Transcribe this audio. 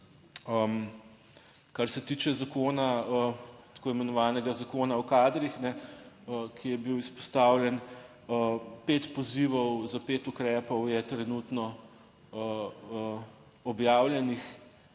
Kar se tiče zakona, tako imenovanega Zakona o kadrih, ki je bil izpostavljen. Pet pozivov za pet ukrepov je trenutno objavljenih